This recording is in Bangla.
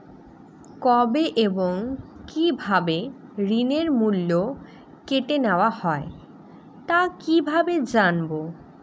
কবে এবং কিভাবে ঋণের মূল্য কেটে নেওয়া হয় তা কিভাবে জানবো?